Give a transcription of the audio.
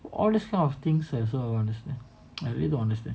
all this kind of things also honestly I really don't understand